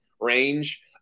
range